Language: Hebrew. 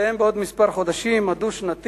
שיסתיים בעוד חודשים מספר, הדו-שנתי,